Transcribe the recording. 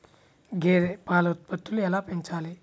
గేదె పాల ఉత్పత్తులు ఎలా పెంచాలి?